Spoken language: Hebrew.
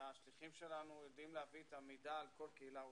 והשליחים שלנו יודעים להביא את המידע על כל קהילה וקהילה.